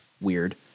weird